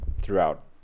throughout